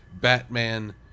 Batman